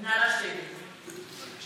בלב המרחב הכפרי, המושך